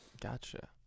Gotcha